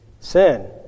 Sin